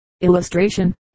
illustration